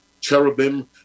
cherubim